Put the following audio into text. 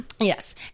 Yes